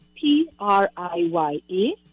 P-R-I-Y-A